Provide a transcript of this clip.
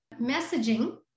messaging